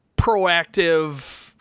proactive